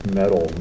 metal